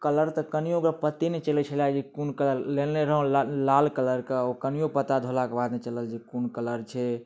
colour तऽ कनियो पते नहि चलै छेलै जे कोन कलर लेने रहौँ लाल कलरके ओ कनियो पता धोलाके बाद नहि चलल जे कोन कलर छै